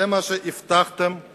זה מה שהבטחתם לבוחרים.